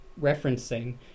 referencing